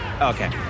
Okay